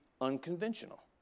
unconventional